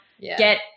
get